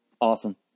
Awesome